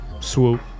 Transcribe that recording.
Swoop